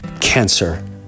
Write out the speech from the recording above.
cancer